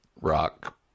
rock